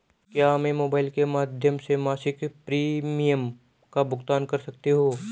क्या मैं मोबाइल के माध्यम से मासिक प्रिमियम का भुगतान कर सकती हूँ?